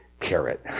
carrot